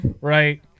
right